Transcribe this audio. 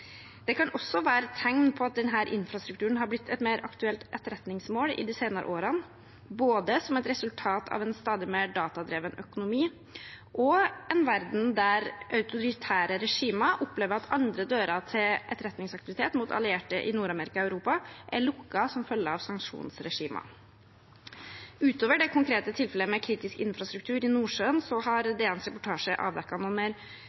Det kan også være et tegn på at denne infrastrukturen har blitt et mer aktuelt etterretningsmål de senere årene, både som et resultat av en stadig mer datadrevet økonomi og som et resultat av en verden der autoritære regimer opplever at andre dører til etterretningsaktivitet mot allierte i Nord-Amerika og Europa er lukket som følge av sanksjonsregimer. Utover det konkrete tilfellet med kritisk infrastruktur i Nordsjøen har DNs reportasjer avdekket noen mer